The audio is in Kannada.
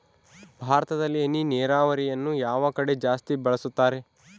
ಭಾರತದಲ್ಲಿ ಹನಿ ನೇರಾವರಿಯನ್ನು ಯಾವ ಕಡೆ ಜಾಸ್ತಿ ಬಳಸುತ್ತಾರೆ?